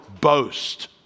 boast